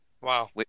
Wow